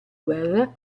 guerra